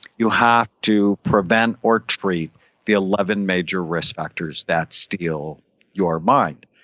you have to prevent or treat the eleven major risk factors that steal your mind.